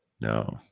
No